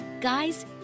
Guys